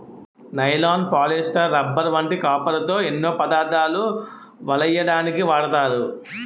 nylon, polyester, rubber వంటి కాపరుతో ఎన్నో పదార్ధాలు వలెయ్యడానికు వాడతారు